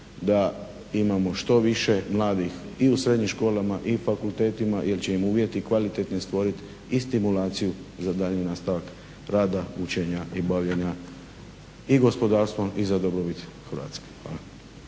da imamo što više mladih i u srednjim školama i fakultetima jer će im uvjeti kvalitetni stvoriti i stimulaciju za daljnji nastavak rada, učenja i bavljenja i gospodarstvom i za dobrobit Hrvatske.